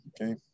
Okay